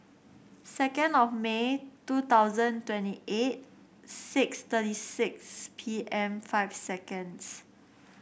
second of May two thousand twenty eight six thirty six P M five seconds